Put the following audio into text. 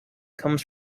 comes